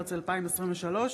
במרץ 2023,